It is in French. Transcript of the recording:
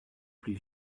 plus